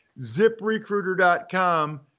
ziprecruiter.com